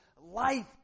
life